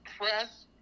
press